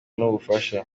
ubufasha